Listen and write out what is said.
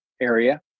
area